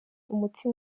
umuti